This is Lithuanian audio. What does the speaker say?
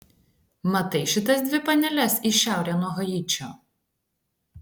matai šitas dvi paneles į šiaurę nuo haičio